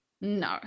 no